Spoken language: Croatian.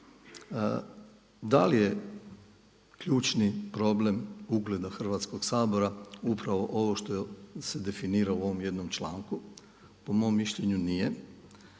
Da li je ključni problem ugleda Hrvatskog sabora upravo ovo što se definira u ovom jednom članku. Po mom mišljenju nije.